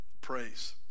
praise